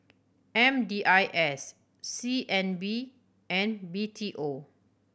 M D I S C N B and B T O